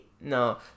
no